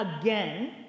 again